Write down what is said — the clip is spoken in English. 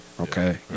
okay